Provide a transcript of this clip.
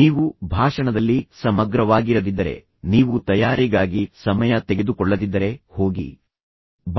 ನೀವು ಭಾಷಣದಲ್ಲಿ ಸಮಗ್ರವಾಗಿರದಿದ್ದರೆ ನೀವು ತಯಾರಿಗಾಗಿ ಸಮಯ ತೆಗೆದುಕೊಳ್ಳದಿದ್ದರೆ ಹೋಗಿ